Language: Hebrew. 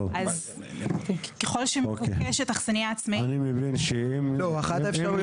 ככול שמבוקשת אכסניה עצמאית --- אחת האפשרויות